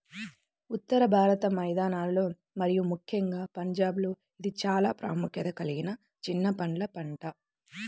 ఉత్తర భారత మైదానాలలో మరియు ముఖ్యంగా పంజాబ్లో ఇది చాలా ప్రాముఖ్యత కలిగిన చిన్న పండ్ల పంట